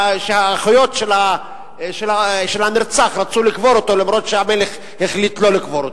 שהאחיות של הנרצח רצו לקבור אותו אף-על-פי שהמלך החליט לא לקבור אותו.